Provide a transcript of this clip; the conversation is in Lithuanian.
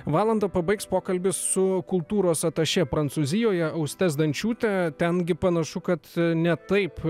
valandą pabaigs pokalbis su kultūros atašė prancūzijoje auste zdančiūte ten gi panašu kad ne taip